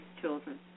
children